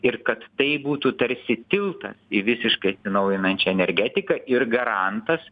ir kad tai būtų tarsi tiltas į visiškai atsinaujinančią energetiką ir garantas